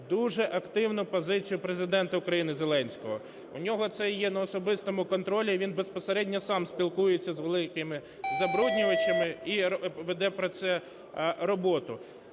дуже активну позицію Президента України Зеленського. У нього це є на особистому контролі і він безпосередньо сам спілкується з великими забруднювачами і веде про це роботу.